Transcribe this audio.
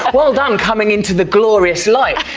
well done, coming into the glorious light!